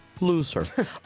loser